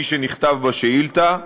כפי שנכתב בשאילתה,